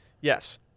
Yes